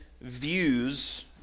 views